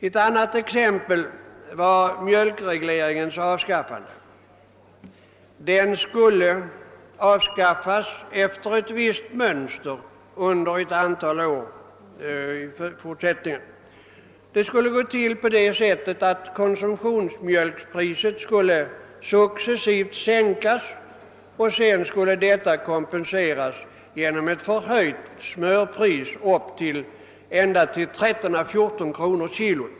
Ett annat exempel är mjölkregleringen som skulle avskaffas efter ett visst mönster under ett antal år. Det skulle gå till på det sättet att konsumtionsmjölkpriset successivt skulle sänkas och detta skulle sedan kompenseras genom ett höjt smörpris — smöret skulle kosta 13 å 14 kronor per kilo.